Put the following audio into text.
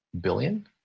billion